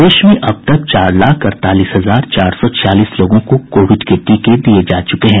प्रदेश में अब तक चार लाख अड़तालीस हजार चार सौ छियालीस लोगों को कोविड के टीके दिये जा चुके हैं